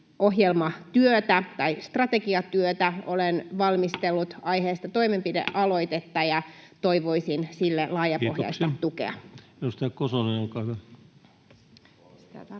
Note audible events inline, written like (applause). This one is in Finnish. ohjelmatyötä tai strategiatyötä? (noise) Olen valmistellut aiheesta toimenpidealoitetta, ja toivoisin sille laajapohjaista tukea. Kiitoksia. — Edustaja Kosonen, olkaa hyvä.